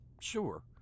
sure